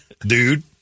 dude